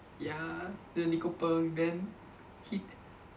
ya the Nicole then he